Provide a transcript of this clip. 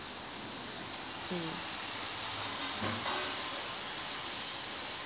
mm